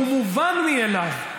הוא מובן מאליו,